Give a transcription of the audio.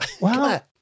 Wow